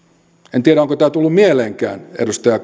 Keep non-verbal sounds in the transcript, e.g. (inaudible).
en tiedä onko tämä tullut mieleenkään edustaja (unintelligible)